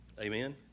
Amen